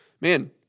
man